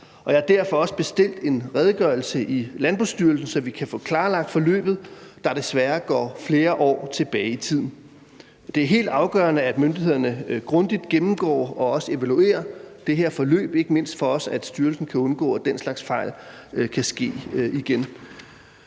jeg har derfor også bestilt en redegørelse i Landbrugsstyrelsen, så vi kan få klarlagt forløbet, der desværre går flere år tilbage i tiden. Det er helt afgørende, at myndighederne grundigt gennemgår og også evaluerer det her forløb, ikke mindst for at styrelsen kan undgå, at den slags fejl kan ske igen.